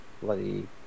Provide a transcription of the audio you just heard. bloody